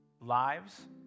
lives